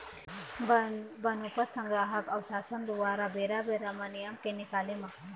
बनोपज संग्राहक अऊ सासन दुवारा बेरा बेरा म नियम के निकाले म